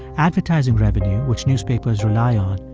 advertising revenue, which newspapers rely on,